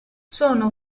sono